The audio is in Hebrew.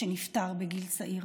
כשנפטר בגיל צעיר.